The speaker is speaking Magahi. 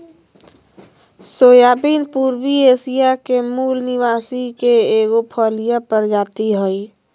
सोयाबीन पूर्वी एशिया के मूल निवासी के एगो फलिय प्रजाति हइ